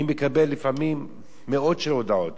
אני מקבל לפעמים מאות הודעות